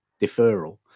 deferral